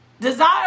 Desire